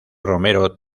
romero